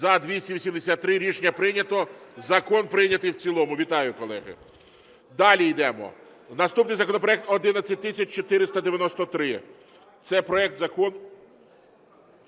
За-283 Рішення прийнято. Закон прийнятий в цілому. Вітаю, колеги. Далі йдемо. Наступний законопроект 11493 – це проект Закону